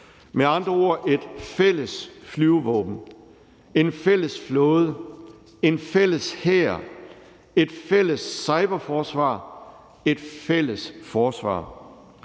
med andre ord et fælles flyvevåben, en fælles flåde, en fælles hær, et fælles cyberforsvar, et fælles forsvar